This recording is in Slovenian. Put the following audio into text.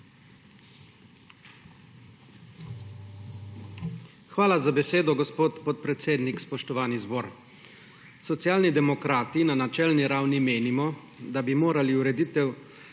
Hvala za besedo, gospod podpredsednik. Spoštovani zbor! Socialni demokrati na načelni ravni menimo, da bi morali urediti